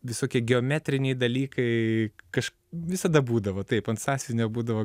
visokie geometriniai dalykai kaž visada būdavo taip ant sąsiuvinio būdavo